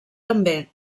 també